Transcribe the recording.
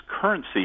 currency